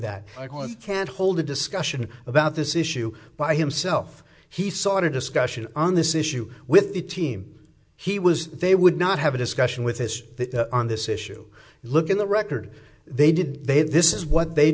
that can't hold a discussion about this issue by himself he sought a discussion on this issue with the team he was they would not have a discussion with us on this issue look at the record they did they this is what they